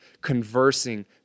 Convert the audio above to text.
conversing